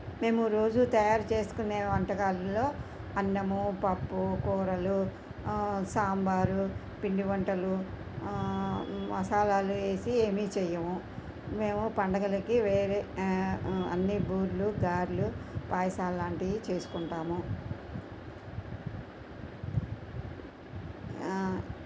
మేము రోజు తయారు చేసుకునే వంటకాల్లో అన్నము పప్పు కూరలు సాంబారు పిండి వంటలు మసాలాలు వేసి ఏమీ చెయ్యము మేము పండగలకి వేరే అన్ని బూరెలు గారెలు పాయసాలు లాంటివి చేస్కుంటాము